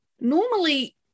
normally